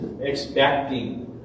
expecting